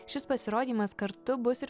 šis pasirodymas kartu bus ir